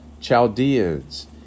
Chaldeans